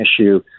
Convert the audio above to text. issue